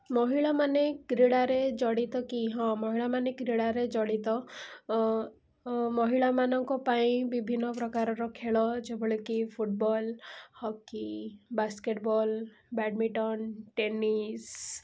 ମହିଳାମାନେ କ୍ରୀଡ଼ାରେ ଜଡ଼ିତ କି ହଁ ମହିଳାମାନେ କ୍ରୀଡ଼ାରେ ଜଡ଼ିତ ମହିଳାମାନଙ୍କ ପାଇଁ ବିଭିନ୍ନପ୍ରକାରର ଖେଳ ଯେଭଳିକି football hockey basketball badminton tennis